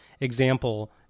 example